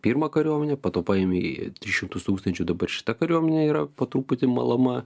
pirmą kariuomenę po to paėmei tris šimtus tūkstančių dabar šita kariuomenė yra po truputį malama